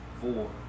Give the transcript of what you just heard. four